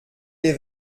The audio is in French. les